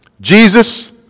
Jesus